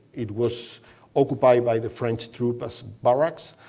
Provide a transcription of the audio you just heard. it was occupied by the french troops as barracks.